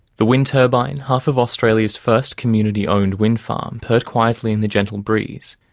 the wind turbine, half of australia's first community owned wind farm, purred quietly in the gentle breeze.